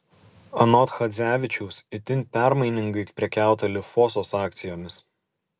anot chadzevičiaus itin permainingai prekiauta lifosos akcijomis